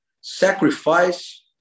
sacrifice